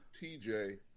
TJ